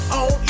on